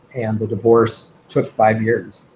and the divorce took five years.